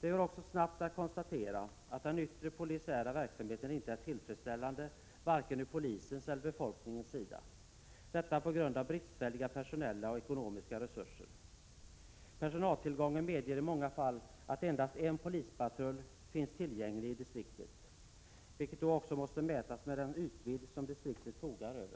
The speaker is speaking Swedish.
Det går också snabbt att konstatera att den yttre polisiära verksamheten inte är tillfredsställande, varken från polisens eller befolkningens synpunkt, på grund av bristfälliga personella och ekonomiska resurser. Personaltillgången medger i många fall att endast en polispatrull finns tillgänglig i distriktet, trots den ytvidd som distriktet omfattar.